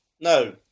No